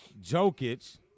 Jokic